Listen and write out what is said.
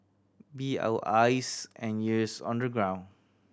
be our eyes and ears on the ground